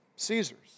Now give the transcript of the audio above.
Caesar's